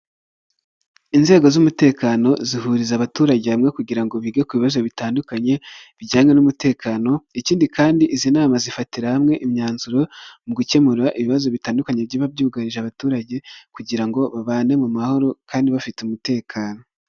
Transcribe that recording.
Inzego z'umutekano zihuriza abaturage hamwe kugira ngo bige ku bibazo bitandukanye bijyanye n'umutekano, ikindi kandi izi nama zifatira hamwe imyanzuro mu gukemura ibibazo bitandukanye biba byugarije abaturage kugira ngo babane mu mahoro kandi bafite umutekano.